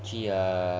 去 err